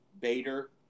Bader